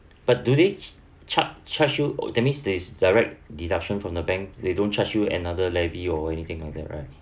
but do they charge charge you that means they direct deduction from the bank they don't charge you another levy or anything like that right